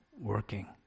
working